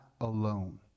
alone